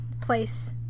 place